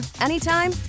anytime